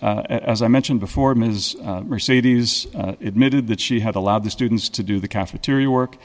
as i mentioned before ms is admitting that she had allowed the students to do the cafeteria work